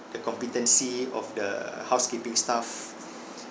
the competency of the housekeeping staff